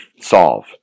Solve